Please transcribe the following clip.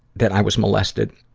that i was molested.